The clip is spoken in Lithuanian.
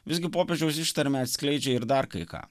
visgi popiežiaus ištarmę atskleidžia ir dar kai ką